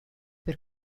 per